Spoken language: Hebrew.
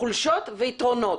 חולשות ויתרונות,